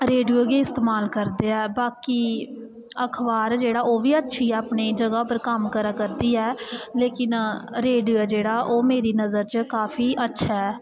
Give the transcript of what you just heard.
radio गी इस्तमाल करदे ऐ बाकी अखबार जेह्ड़ा ओह् बी अच्छी ऐ अपनी जगह् पर कम्म करा करदी ऐ लेकिन रेडियो ऐ जेह्ड़ा ओह् मेरी नजर च काफी अच्छा ऐ